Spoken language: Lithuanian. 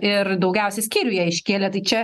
ir daugiausia skyrių ją iškėlė tai čia